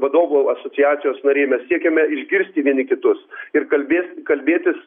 vadovų asociacijos nariai mes siekiame išgirsti vieni kitus ir kalbė kalbėtis